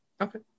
Okay